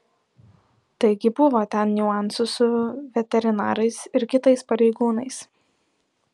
taigi buvo ten niuansų su veterinarais ir kitais pareigūnais